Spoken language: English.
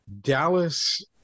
Dallas